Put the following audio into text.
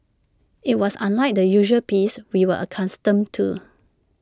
IT was unlike the usual peace we were accustomed to